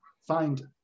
find